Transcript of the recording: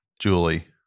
Julie